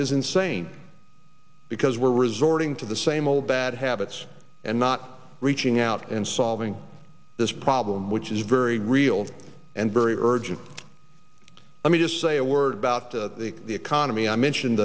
is insane because we're resorting to the same old bad habits and not reaching out and solving this problem which is very real and very urgent let me just say a word about the economy i mentioned